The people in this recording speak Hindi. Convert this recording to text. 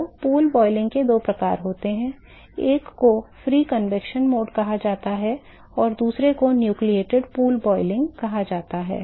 तो पूल क्वथन के दो प्रकार होते हैं एक को मुक्त संवहन मोड कहा जाता है और दूसरे को न्यूक्लियेट पूल बॉयलिंग कहा जाता है